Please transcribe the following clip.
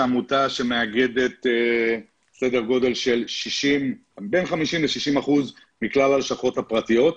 זו עמותה שמאגדת סדר גודל בין 50% ל-60% מכלל הלשכות הפרטיות.